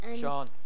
Sean